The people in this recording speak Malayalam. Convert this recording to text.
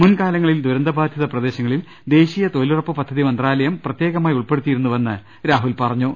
മുൻകാലങ്ങളിൽ ദുരന്ത ബാധിത പ്രദേശങ്ങളിൽ ദേശീയ തൊഴി ലൂറപ്പ് പദ്ധതി മന്ത്രാലയം പ്രത്യേകമായി ഉൾപ്പെടുത്തിയിരുന്നുവെന്ന് രാഹുൽ പറഞ്ഞു